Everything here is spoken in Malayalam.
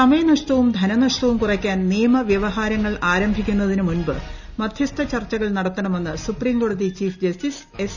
സമയ നഷ്ടവും ധനനഷ്ടവും കുറയ്ക്കാൻ നിയമ വൃവഹാരങ്ങൾ ആരംഭിക്കുന്നതിനു് മുൻപ് മധ്യസ്ഥ ചർച്ചകൾ നടത്തണമെന്ന് സുപ്രീംകോടത്തി പ്പീഫ് ജസ്റ്റിസ് എസ്